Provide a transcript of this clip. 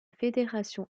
fédérations